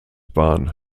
bahn